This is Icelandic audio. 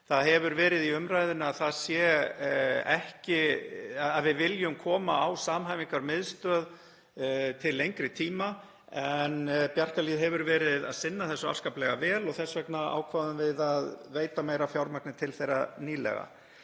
Það hefur verið í umræðunni að við viljum koma á samhæfingarmiðstöð til lengri tíma en Bjarkarhlíð hefur verið að sinna þessu afskaplega vel og þess vegna ákváðum við að veita meira fjármagn til þeirra nýlega.